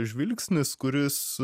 žvilgsnis kuris